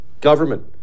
government